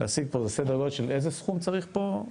להשיג פה איזה סדר גודל של איזה סכום צריך פה?